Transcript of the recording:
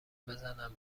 بزنم